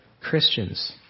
Christians